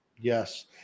Yes